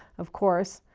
of course.